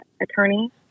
attorney